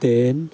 ten